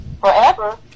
forever